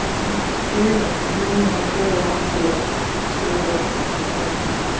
an experience, to bringing a curiosity to this experience.